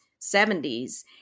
70s